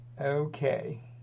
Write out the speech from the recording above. Okay